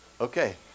Okay